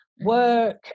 work